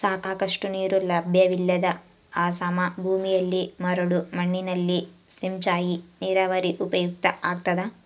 ಸಾಕಷ್ಟು ನೀರು ಲಭ್ಯವಿಲ್ಲದ ಅಸಮ ಭೂಮಿಯಲ್ಲಿ ಮರಳು ಮಣ್ಣಿನಲ್ಲಿ ಸಿಂಚಾಯಿ ನೀರಾವರಿ ಉಪಯುಕ್ತ ಆಗ್ತದ